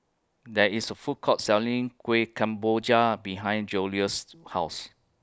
There IS A Food Court Selling Kuih Kemboja behind Joseluis' House